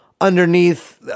underneath